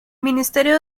ministerio